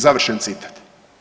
Završen citat.